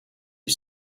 you